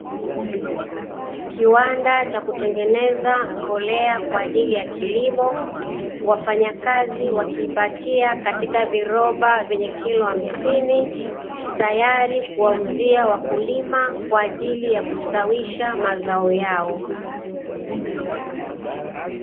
Kiwanda cha kutengeneza mbolea kwa ajili ya kilimo, wafanyakazi wakiipakia kwenye viroba vyenye kilo hamsini, tayari kuwauzia wakulima kwa ajili ya kustawisha mazao yao.